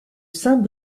saint